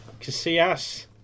Casillas